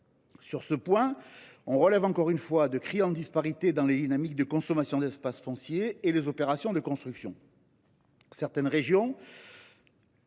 Sur ce point, on relève encore une fois de criantes disparités dans les dynamiques de consommation de l’espace foncier et les opérations de construction. Certaines régions